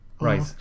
Right